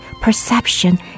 perception